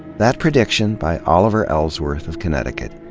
that prediction, by oliver ellsworth of connecticut,